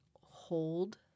hold